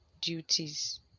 duties